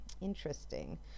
interesting